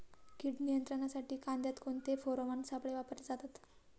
कीड नियंत्रणासाठी कांद्यात कोणते फेरोमोन सापळे वापरले जातात?